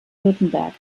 württemberg